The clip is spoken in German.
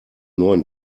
neuen